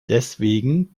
deswegen